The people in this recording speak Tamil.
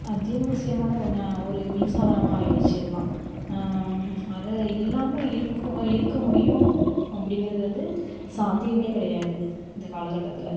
அத்தியாவசியமான ஒன்னாக ஒரு மின்சாதனமாக ஆகிடுச்சு அதலாம் அது இல்லாமல் இருக்கும் இருக்க முடியும் அப்படிங்கிறது வந்து சாத்தியம் கிடையாது இந்த காலக்கட்டத்தில்